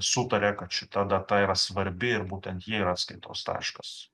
sutarė kad šita data yra svarbi ir būtent ji yra atskaitos taškas